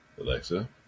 Alexa